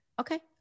Okay